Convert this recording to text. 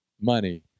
money